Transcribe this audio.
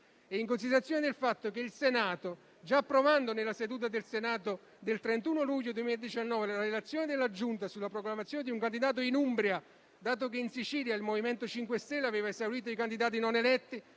e in considerazione del fatto che il Senato, già approvando nella seduta del 31 luglio 2019 la relazione della Giunta sulla proclamazione di un candidato in Umbria, dato che in Sicilia il MoVimento 5 Stelle aveva esaurito i candidati non eletti,